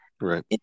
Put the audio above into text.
right